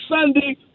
Sunday